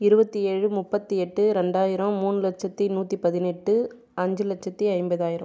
இருபத்தி ஏழு முப்பத்தி எட்டு இரண்டாயிரம் மூணு லட்சத்தி நூற்றி பதினெட்டு அஞ்சு லட்சத்தி ஐம்பதாயிரம்